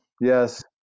Yes